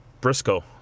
Briscoe